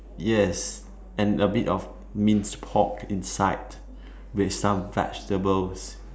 yes and a bit of minced pork inside with some vegetables